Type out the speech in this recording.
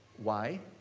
why?